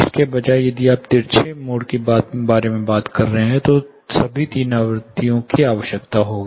इसके बजाय यदि आप एक तिरछा मोड के बारे में बात कर रहे हैं तो सभी तीन आवृत्तियों की आवश्यकता होगी